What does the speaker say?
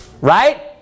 right